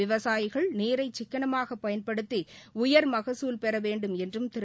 விவசாயிகள் நீரை சிக்கனமாக பயன்படுத்தி உயர்மகசூல் பெற வேண்டும் என்றும் திரு